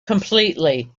completely